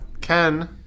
Ken